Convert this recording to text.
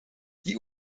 die